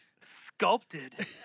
sculpted